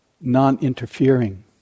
non-interfering